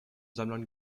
sammlern